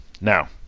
now